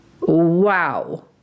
Wow